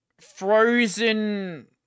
frozen